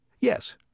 Yes